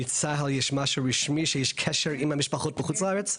מצה"ל יש משהו רשמי שיש קשר עם המשפחות בחוץ לארץ?